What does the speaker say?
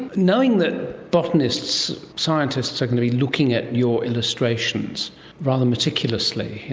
knowing that botanists, scientists, are going to be looking at your illustrations rather meticulously, you